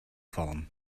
vallen